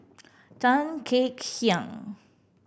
Tan Kek Hiang